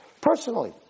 personally